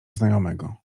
znajomego